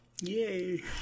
Yay